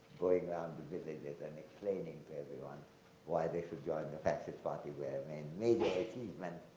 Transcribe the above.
going around the villages and explaining to everyone why they should join the fascist party where a major achievement.